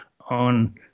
on